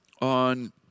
on